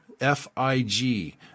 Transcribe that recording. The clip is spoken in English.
F-I-G